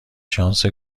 شانس